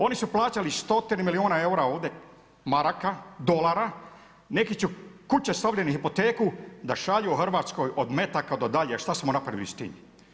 Oni su plaćali stotine milijune eura ovdje maraka, dolara, neki su kuće stavili na hipoteku da šalju u Hrvatskoj od metaka do dalje, šta smo napravili s tim?